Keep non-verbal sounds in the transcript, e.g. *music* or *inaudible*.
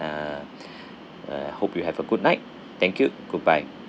uh *breath* uh hope you have a good night thank you goodbye